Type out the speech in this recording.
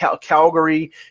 Calgary